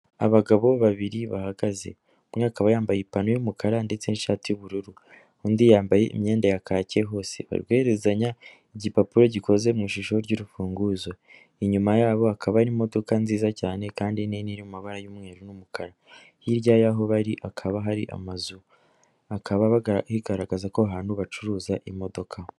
Abagabo babiri bahagaze, umwe akaba yambaye ipantaro y'umukara ndetse n'ishati y'ubururu, undi yambaye imyenda ya kake hose, bari guherezanya igipapuro gikoze mushusho ry'urufunguzo, inyuma yabo hakaba hari imodoka nziza cyane kandi nini iri mu mabara y'umweru n'umukara, hirya y'aho bari hakaba hari amazu, hakaba higaragaza ko aho hantu bacuruza imodoka.